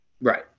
right